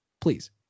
please